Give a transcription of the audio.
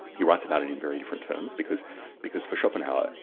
he writes about it in very different terms, because because for schopenhauer,